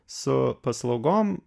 su paslaugom